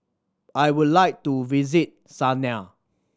I would like to visit Sanaa